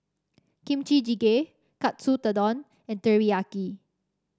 Kimchi Jjigae Katsu Tendon and Teriyaki